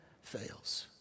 fails